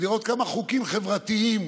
ולראות כמה חוקים חברתיים